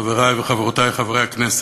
חברי וחברותי חברי הכנסת,